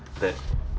that